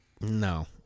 No